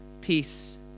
peace